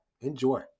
Enjoy